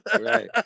right